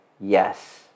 yes